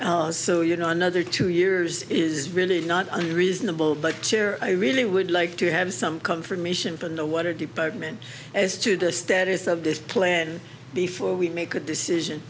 it so you know another two years is really not under reasonable but chair i really would like to have some confirmation from the water department as to the status of this plan before we make a decision